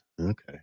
okay